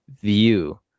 view